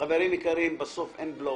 --- חברים יקרים, בסוף אין בלופים.